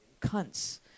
cunts